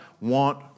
want